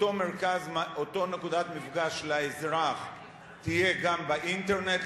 אותה נקודת מפגש לאזרח תהיה גם באינטרנט,